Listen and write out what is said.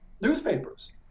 newspapers